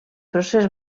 procés